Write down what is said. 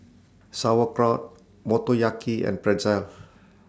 Sauerkraut Motoyaki and Pretzel